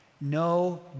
No